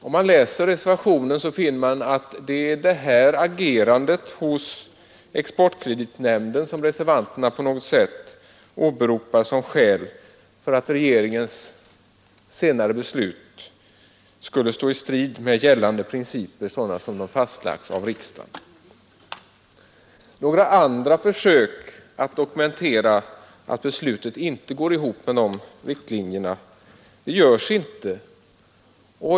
Om man läser reservationen, finner man att det är agerandet hos exportkreditnämnden som reservanterna åberopar som skäl 89 för att regeringens beslut skulle stå i strid med de principer som fastlagts i riksdagen. Några andra försök att dokumentera att beslutet inte överensstämmer med riktlinjerna görs inte.